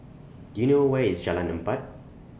Do YOU know Where IS Jalan Empat